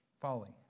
Folly